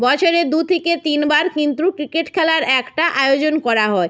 বছরে দু থেকে তিনবার কিন্তু ক্রিকেট খেলার একটা আয়োজন করা হয়